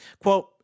quote